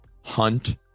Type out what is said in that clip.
hunt